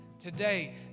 Today